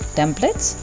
templates